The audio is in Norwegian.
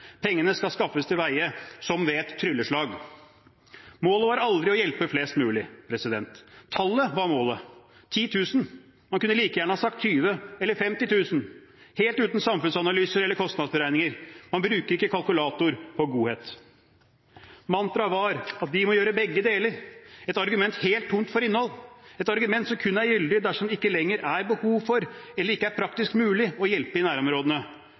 Pengene skal skaffes til veie som ved et trylleslag. Målet var aldri å hjelpe flest mulig, tallet var målet: 10 000. Man kunne like gjerne ha sagt 20 000 eller 50 000, helt uten samfunnsanalyser eller kostnadsberegninger. Man bruker ikke kalkulator på godhet. Mantraet var at de må gjøre begge deler, et argument helt tomt for innhold, et argument som kun er gyldig dersom det ikke lenger er behov for eller ikke er praktisk mulig å hjelpe i nærområdene.